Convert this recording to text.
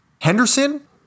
Henderson